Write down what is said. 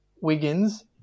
Wiggins